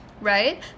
right